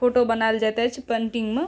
photo बनायल जायत अछि पेंटिंग मऽ